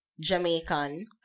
Jamaican